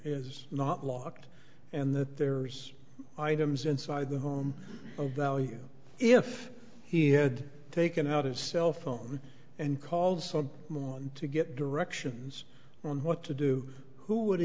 is not locked and that there's items inside the home value if he had taken out his cell phone and calls to get directions on what to do who would